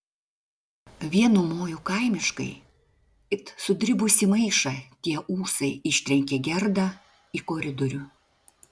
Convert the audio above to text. vienu moju kaimiškai it sudribusį maišą tie ūsai ištrenkė gerdą į koridorių